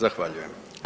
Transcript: Zahvaljujem.